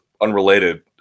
unrelated